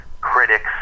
critics